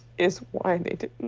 is why they didn't